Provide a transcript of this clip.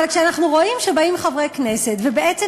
אבל כשאנחנו רואים שבאים חברי כנסת ובעצם